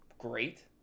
great